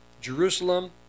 Jerusalem